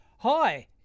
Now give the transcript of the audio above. hi